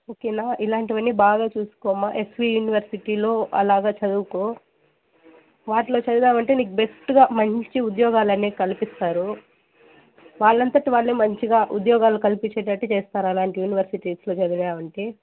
ఓకేనా ఇలాంటివన్నీ బాగా చూసుకోమ్మా ఎస్వీ యూనివర్సిటీలో అలాగా చదువుకో వాటిలో చదివావంటే నీకు బెస్టుగా మంచిగా ఉద్యోగాలు అనేవి కల్పిస్తారు వాళ్ళంతట వాళ్ళే మంచిగా ఉద్యోగాలు కల్పించేటట్టు చేస్తారు అలాంటివి యూనివర్సిటీస్లో చదివావంటే